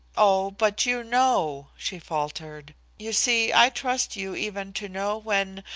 oh, but you know! she faltered. you see, i trust you even to know when.